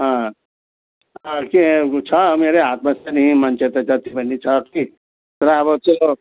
के छ मेरो हातमा छ नि मान्छे त जति पनि छ कि तर अब त्यो